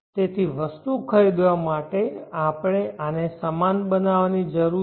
તેથી વસ્તુ ખરીદવા માટે આપણે આને સમાન બનાવવાની જરૂર છે